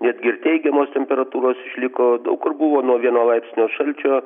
netgi ir teigiamos temperatūros išliko daug kur buvo nuo vieno laipsnio šalčio